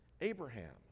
Abraham